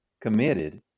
committed